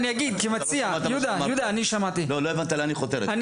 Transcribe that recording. לא הבנת לאן היא חותרת.